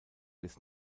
des